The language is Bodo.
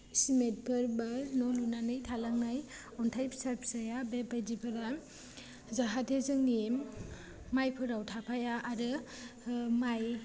सिमेन्ट फोरबा न' लुनानै थालांनाय अन्थाइ फिसा फिसाया बे बायदिफोरा जाहाथे जोंनि माइफोराव थाफाया आरो माइ